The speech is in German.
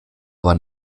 aber